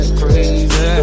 crazy